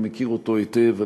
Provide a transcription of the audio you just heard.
אני מכיר אותו היטב,